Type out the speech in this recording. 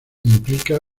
implica